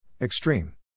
Extreme